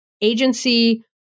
agency